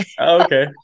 Okay